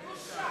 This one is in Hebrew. בושה,